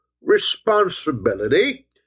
responsibility